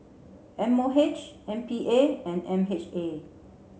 M O H M P A and M H A